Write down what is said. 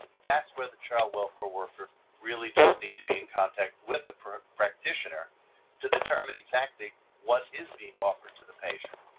that's where the child welfare worker really does need to be in contact with the practitioner to determine exactly what is being offered to the patient.